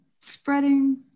spreading